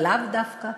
אבל לאו דווקא,